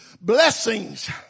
Blessings